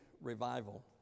revival